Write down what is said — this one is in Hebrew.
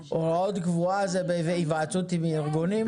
השעה -- והוראה קבועה זה בהיוועצות עם ארגונים?